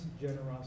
generosity